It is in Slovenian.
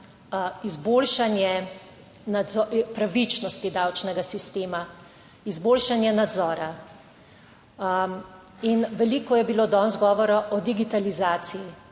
izboljšanje pravičnosti davčnega sistema, izboljšanje nadzora. Veliko je bilo danes govora o digitalizaciji,